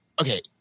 Okay